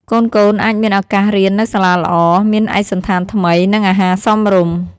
កូនៗអាចមានឱកាសរៀននៅសាលាល្អ មានឯកសណ្ឋានថ្មី និងអាហារសមរម្យ។